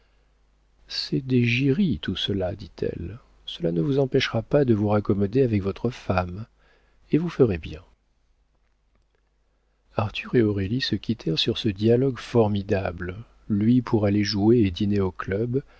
c'est des giries tout cela dit-elle cela ne vous empêchera pas de vous raccommoder avec votre femme et vous ferez bien arthur et aurélie se quittèrent sur ce dialogue formidable lui pour aller jouer et dîner au club